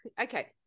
okay